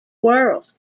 world